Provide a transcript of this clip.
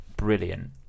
brilliant